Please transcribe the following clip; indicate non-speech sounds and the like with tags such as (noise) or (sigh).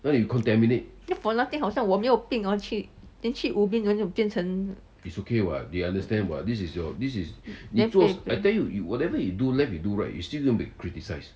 then for nothing 好像我没有病 hor 去 then 去 ubin 就变成 then (noise)